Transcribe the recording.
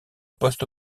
post